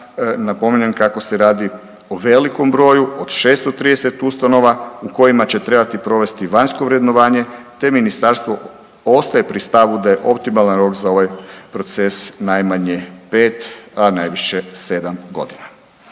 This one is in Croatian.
napominjem kako se radio velikom broju od 630 ustanova u kojima će trebati provesti vanjsko vrednovanje te ministarstvo ostaje pri stavu da je optimalan rok za ovaj proces najmanje 5, a najviše 7 godina.